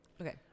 Okay